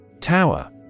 Tower